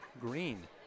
green